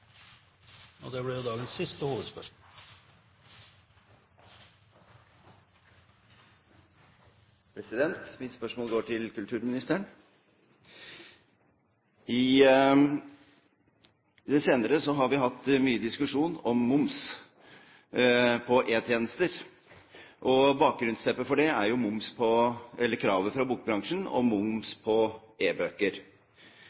Mitt spørsmål går til kulturministeren. I det senere har vi hatt mye diskusjon om moms på e-tjenester, og bakgrunnsteppet for det er kravet fra bokbransjen når det gjelder moms på